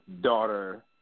daughter